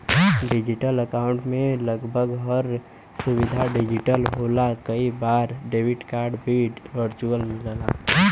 digital account में लगभग हर सुविधा डिजिटल होला कई बार डेबिट कार्ड भी वर्चुअल मिलला